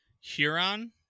Huron